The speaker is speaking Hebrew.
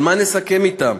על מה נסכם אתם?